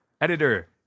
editor